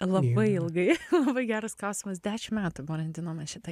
labai ilgai labai geras klausimas dešim metų brandinom mes šitą